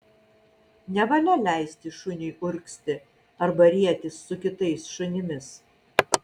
nevalia leisti šuniui urgzti arba rietis su kitais šunimis